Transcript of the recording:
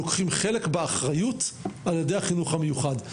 לוקחים חלק באחריות על ילדי החינוך המיוחד.